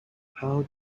how